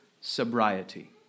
sobriety